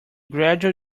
gradual